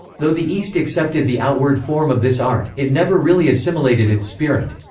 though the east accepted the outward form of this art, it never really assimilated its spirit.